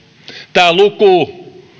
tämä luku